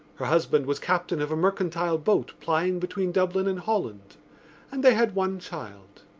her husband was captain of a mercantile boat plying between dublin and holland and they had one child.